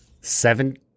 Seven